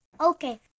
Okay